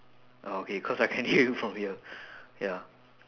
oh K cause I can hear you from here ya